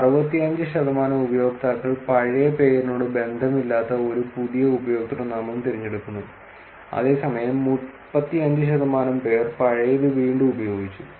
65 ശതമാനം ഉപയോക്താക്കൾ പഴയ പേരിനോട് ബന്ധമില്ലാത്ത ഒരു പുതിയ ഉപയോക്തൃനാമം തിരഞ്ഞെടുക്കുന്നു അതേസമയം 35 ശതമാനം പേർ പഴയത് വീണ്ടും ഉപയോഗിച്ചു